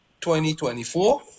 2024